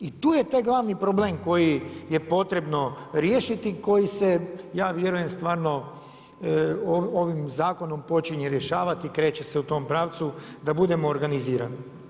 I tu je taj glavni problem koji je potrebno riješiti, koji se, ja vjerujem stvarno ovim zakonom počinje rješavati i kreće se u tom pravcu da budemo organizirani.